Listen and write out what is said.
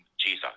Jesus